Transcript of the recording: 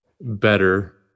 better